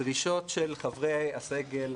הדרישות של חברי הסגל,